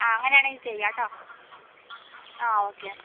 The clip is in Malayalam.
ആ അങ്ങനെയാണേൽ ചെയ്യാട്ടോ ആ ഓക്കെ എന്നാൽ